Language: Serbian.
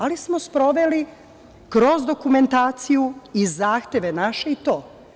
Ali smo sproveli kroz dokumentaciju i zahteve naše i to.